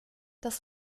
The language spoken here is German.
das